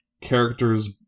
characters